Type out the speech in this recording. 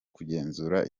kugenzura